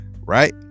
right